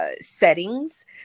settings